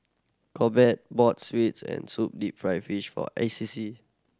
Corbett bought sweet and sour deep fried fish for A C C